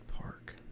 Park